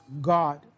God